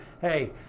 hey